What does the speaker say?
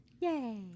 Yay